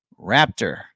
Raptor